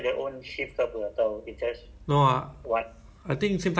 if work part time better lah until october